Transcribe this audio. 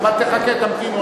אבל תמתין.